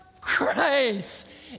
grace